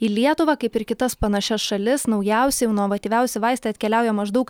į lietuvą kaip ir kitas panašias šalis naujausi inovatyviausi vaistą atkeliauja maždaug